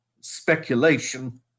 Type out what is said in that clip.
speculation